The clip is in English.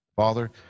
Father